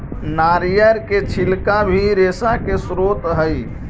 नरियर के छिलका भी रेशा के स्रोत हई